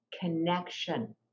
connection